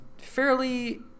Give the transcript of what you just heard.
fairly